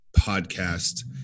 podcast